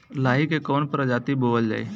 लाही की कवन प्रजाति बोअल जाई?